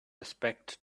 respect